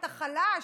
את החלש,